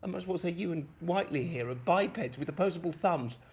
um as well say you and whitely here are bipeds with opposable thumbs,